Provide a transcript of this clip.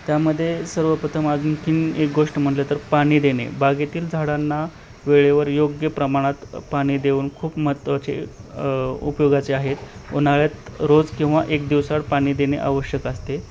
त्यामध्ये सर्वप्रथम अजून आणखीन एक गोष्ट म्हणलं तर पाणी देणे बागेतील झाडांना वेळेवर योग्य प्रमाणात पाणी देऊन खूप महत्त्वाचे उपयोगाचे आहे उन्हाळ्यात रोज किंवा एक दिवसाआड पाणी देणे आवश्यक असते